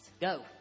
Go